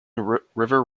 river